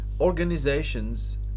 organizations